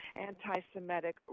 anti-Semitic